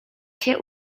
się